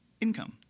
income